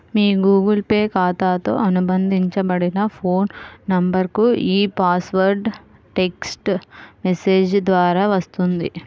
మీ Google Pay ఖాతాతో అనుబంధించబడిన phone నంబర్కు ఈ పాస్వర్డ్ టెక్ట్స్ మెసేజ్ ద్వారా వస్తుంది